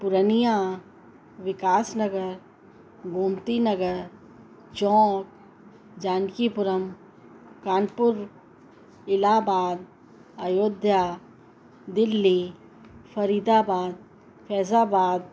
Purnia Vikasnagar Gomtinagar Chowk Janakipuram Kanpur Allahabad Ayodhya Delhi Faridabad Faizabad